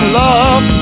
love